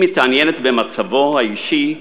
היא מתעניינת במצבו האישי,